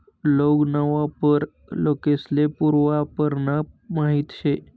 लौंग ना वापर लोकेस्ले पूर्वापारना माहित शे